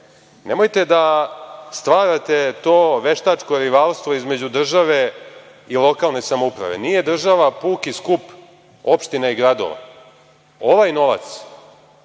Nemojte da stvarate to veštačko rivalstvo između države i lokalne samouprave. Nije država puki skup opština i gradova. Ovaj novac